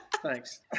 Thanks